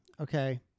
Okay